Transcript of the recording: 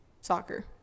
Soccer